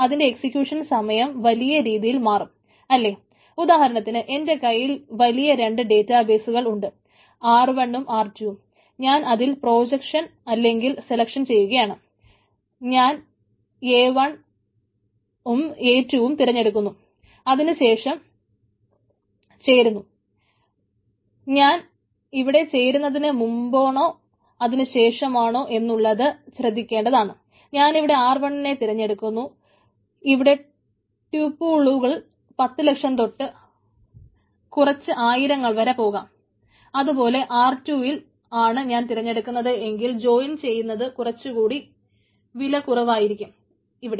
അതുപോലെ R2 ഇൽ ആണ് ഞാൻ തിരഞ്ഞെടുക്കുന്നതെങ്കിൽ ജോയിൻ ചെയ്യുന്നത് കുറച്ചുകൂടി വില കുറവായിരിക്കും ഇവിടെ